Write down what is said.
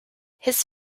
his